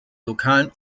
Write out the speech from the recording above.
lokalen